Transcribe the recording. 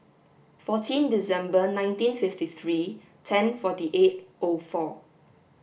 fourteen December nineteen fifty three ten forty eight O four